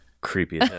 Creepy